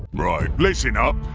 right, listen up!